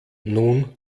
nun